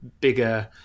bigger